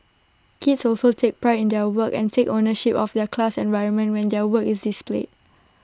kids also take pride in their work and take ownership of their class environment when their work is displayed